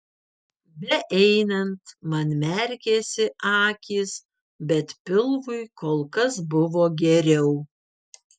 beeinant man merkėsi akys bet pilvui kol kas buvo geriau